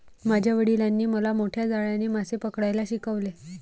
माझ्या वडिलांनी मला मोठ्या जाळ्याने मासे पकडायला शिकवले